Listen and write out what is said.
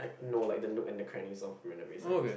like no like the nook and crannies of Marina-Bay-Sands